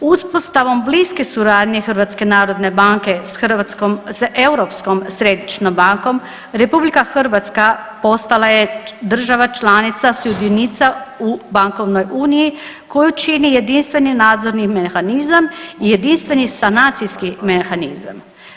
Uspostavom bliske suradnje HNB-a s Hrvatskom, s Europskom središnjom bankom RH postala je država članica sudionica u bankovnoj uniji koju čini jedinstveni nadzorni mehanizam i jedinstveni sanacijski mehanizam.